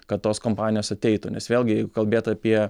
kad tos kompanijos ateitų nes vėlgi jeigu kalbėt apie